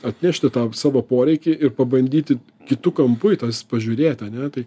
atnešti tą savo poreikį ir pabandyti kitu kampu į tas pažiūrėt ane tai